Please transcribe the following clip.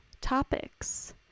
topics